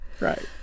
Right